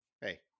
Hey